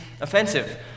offensive